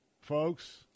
Folks